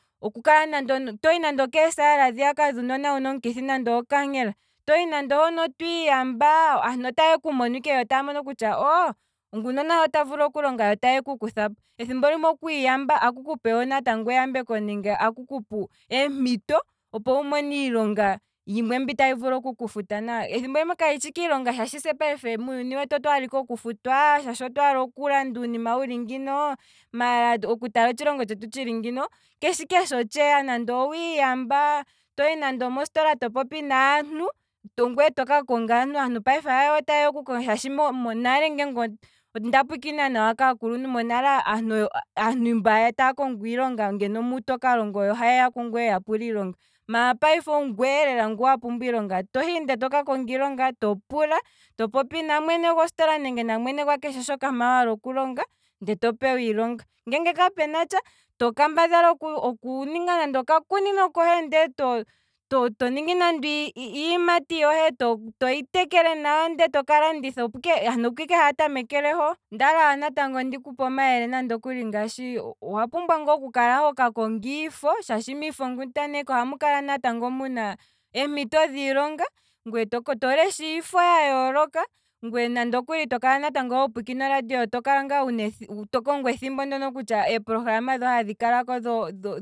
Okukala nande, tohi nande okeesala hu kuna nande uunona mbu wuna omukithi gokaankela, tohi nande ohono twiiyamba, aantu otaye kumono ike yo taa mono kutya ooo, nguno mboli ota vulu oku longa yo taye kuku thapo, ethipo limwe okwiiyamba otaku kupe wo natango eyambeko nenge aku kupe eempito opo wumone iilonga mbi tayi vulu oku kufuta nawa, ethimbo limwe kayi shi ike iilonga, se muuyuni wetu payife otwaala ike okufutwa shaashi otwaala okulanda uunima wuli ngino, maala oku tala otshilongo tshetu tshili ngino, kutya owiiyamba, tohi nande omositola to popi naantu, ongweye toka konga aantu, aantu hayo tayeya oku kukonga shaashi monale ngele onda pwiikina kaakuluntu monale aantu mba yiilonga hu to kalonga oyo haheya kungweye ya pule iilonga, maala payife ongweye lela ngu wapumbwa iilonga, tohi lela to pula, to popi na mwene gositola nenge nakeshe shoka waala oku longa, ndee to pewa iilonga, ngeenge kapunatsha toka mbadhala oku- oku ninga nande oka kunino kohe, to- to toningi nande iiyimati yohe, ndee toka landitha, aantu oko ike haya tamekele hoo, ondaala natango ndikupe omayele nande okuli ngaashi, ondaala ndi kupe, owa pumbwa ngaa oku kala hoka konga iifo, shaashi miifokundaneki ohamu kala natango muna eempito dhiilonga, ngweye to lesha iifo ya yooloka ngweye noho to kala ho pwiikine oradio to kala ngaa wuna ethimbo, to kongo ethimbo kutya eprogram dho hadhi kalako dho